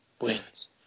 wins